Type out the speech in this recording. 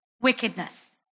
wickedness